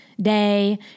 day